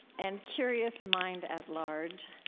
and curious mind at large.